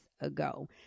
ago